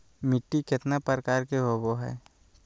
मिट्टी केतना प्रकार के होबो हाय?